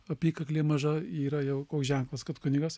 apykaklė maža yra jau koks ženklas kad kunigas